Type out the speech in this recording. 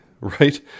right